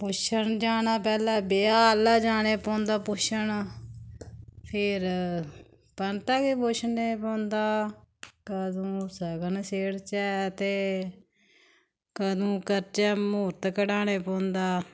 पुच्छन जाना पैह्ले ब्याह आह्ला जाना पौंदा पुच्छन फिर पंतै गी पुच्छने पौंदा कंदू सगन सेड़चै ते कदूं करचै महूर्त कढाने पौंदा